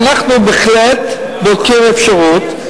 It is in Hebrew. אנחנו בהחלט בודקים אפשרות,